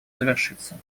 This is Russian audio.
завершиться